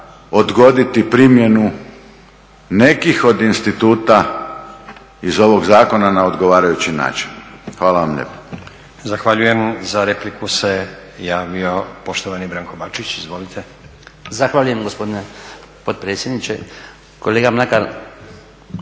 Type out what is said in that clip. odgoditi primjenu nekih od instituta iz ovog zakona na odgovarajući način. Hvala vam lijepo. **Stazić, Nenad (SDP)** Zahvaljujem. Za repliku se javio poštovani Branko Bačić, izvolite. **Bačić, Branko (HDZ)** Zahvaljujem gospodine potpredsjedniče. Kolega Mlakar